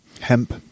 Hemp